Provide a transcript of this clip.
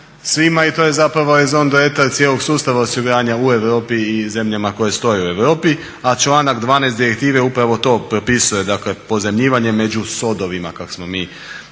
svima i to je zapravo … cijelog sustava osiguranja u Europi i zemljama koje stoje u Europi, a članak 12. direktive upravo to propisuje, dakle pozajmljivanje među sodovima kako smo mi te